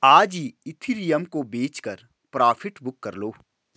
आज ही इथिरियम को बेचकर प्रॉफिट बुक कर लो